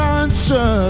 answer